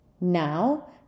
now